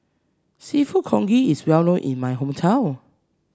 seafood congee is well known in my hometown